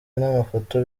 n’amafoto